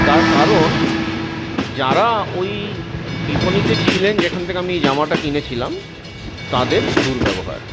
তার কারণ যারা ওই বিপণীতে ছিলেন যেখান থেকে আমি জামাটি কিনেছিলাম তাদের দুর্ব্যবহার